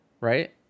right